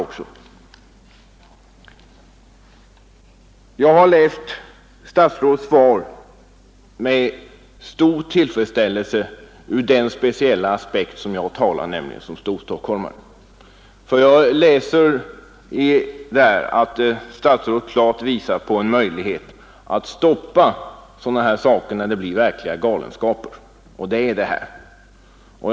Jag har som storstockholmare läst statsrådets svar med stor tillfreds ställelse. Jag finner av svaret att statsrådet klart visar på en möjlighet att stoppa sådana här saker när det, som i det här fallet, blir verkliga galenskaper.